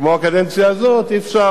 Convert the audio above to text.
כמו